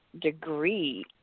degree